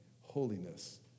Holiness